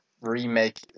remake